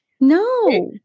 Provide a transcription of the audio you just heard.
No